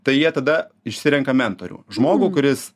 tai jie tada išsirenka mentorių žmogų kuris